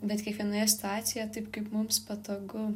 bet kiekvienoje situacijoje taip kaip mums patogu